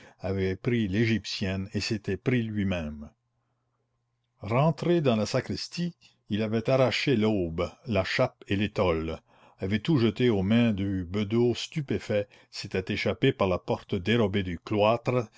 avait pris l'égyptienne et s'était pris lui-même rentré dans la sacristie il avait arraché l'aube la chape et l'étole avait tout jeté aux mains du bedeau stupéfait s'était échappé par la porte dérobée du cloître